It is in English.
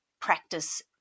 practice